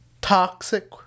toxic